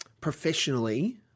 professionally